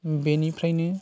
बेनिफ्रायनो